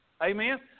Amen